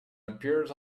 appeared